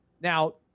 Now